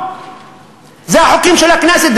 אלה החוקים של הכנסת,